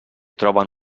troben